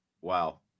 Wow